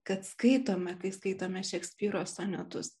kad skaitome kai skaitome šekspyro sonetus